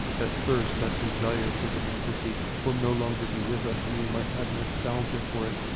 that thirst, that desire for democracy will no longer be with us, and we might have nostalgia for it'.